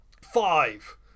Five